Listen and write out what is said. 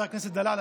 חבר הכנסת דלל,